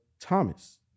Thomas